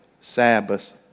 Sabbath